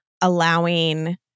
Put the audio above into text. allowing